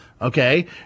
Okay